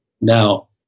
Now